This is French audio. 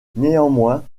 néanmoins